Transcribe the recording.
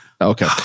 Okay